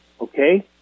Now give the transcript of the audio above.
okay